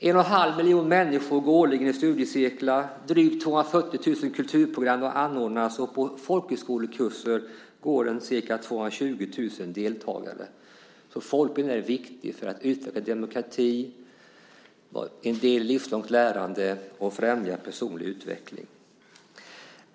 1 1⁄2 miljon människor deltar årligen i studiecirklar, drygt 240 000 kulturprogram har anordnats och på folkhögskolekurser går ca 220 000 deltagare. Folkbildningen är alltså viktig i utövandet av demokrati, den är en del av det livslånga lärandet och den främjar personlig utveckling.